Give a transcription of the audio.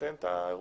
ונסיים את האירוע.